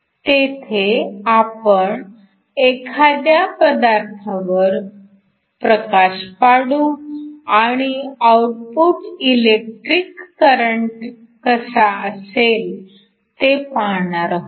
तेथे आपण एखाद्या पदार्थावर प्रकाश पाडू आणि आउटपुट इलेक्ट्रिक करंट कसा असेल ते पाहणार आहोत